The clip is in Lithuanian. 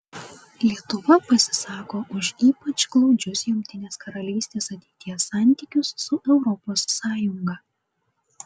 lietuva pasisako už ypač glaudžius jungtinės karalystės ateities santykius su europos sąjunga